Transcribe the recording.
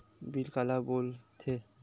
Bill काला बोल थे?